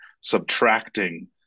subtracting